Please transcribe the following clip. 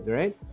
right